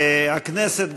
הכנסת,